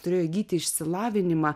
turėjo įgyti išsilavinimą